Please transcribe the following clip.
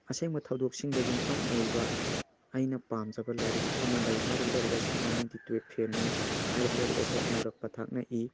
ꯑꯁꯦꯡꯕ ꯊꯧꯗꯣꯛꯁꯤꯡꯗ ꯌꯨꯝꯐꯝ ꯑꯣꯏꯕ ꯑꯩꯅ ꯄꯥꯝꯖꯕ ꯂꯥꯏꯔꯤꯛ ꯑꯃ ꯂꯩ ꯍꯥꯏꯔꯤꯕ ꯂꯥꯏꯔꯤꯛ ꯑꯁꯤꯒꯤ ꯃꯃꯤꯡꯗꯤ ꯇꯨꯋꯦꯐ ꯐꯦꯜꯅꯤ ꯍꯥꯏꯔꯤꯕ ꯂꯥꯏꯔꯤꯛ ꯑꯁꯦ ꯑꯅꯨꯔꯥꯚ ꯄꯊꯥꯛꯅ ꯏ